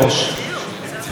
אני קטונתי מלהבין.